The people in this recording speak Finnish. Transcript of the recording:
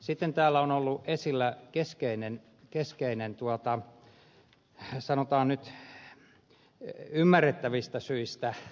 sitten täällä on ollut esillä keskeinen sanotaan nyt ymmärrettävistä syistä harha